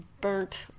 burnt